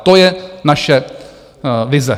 To je naše vize.